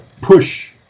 push